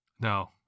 no